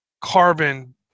carbon